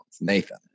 Nathan